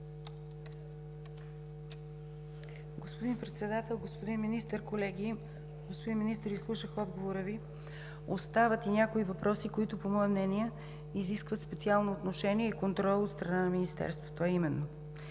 Господин Председател, господин Министър, колеги! Господин Министър, изслушах отговора Ви. Остават и някои въпроси, които по мое мнение изискват специално отношение и контрол от страна на Министерството, а именно: